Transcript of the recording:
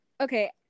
okay